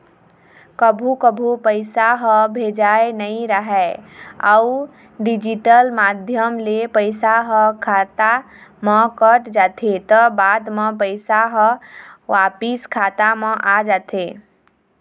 कभू कभू पइसा ह भेजाए नइ राहय अउ डिजिटल माध्यम ले पइसा ह खाता म कट जाथे त बाद म पइसा ह वापिस खाता म आ जाथे